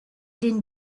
din